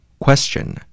Question